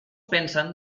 pensen